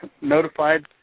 notified